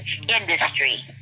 industry